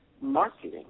marketing